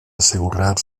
assegurar